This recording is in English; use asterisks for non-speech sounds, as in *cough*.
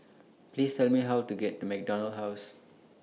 *noise* Please Tell Me How to get to MacDonald House